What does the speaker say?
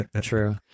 True